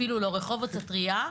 אפילו לא רחובות הטריה,